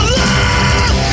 love